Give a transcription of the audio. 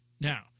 Now